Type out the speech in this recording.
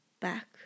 back